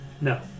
No